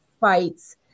fights